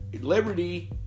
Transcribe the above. Liberty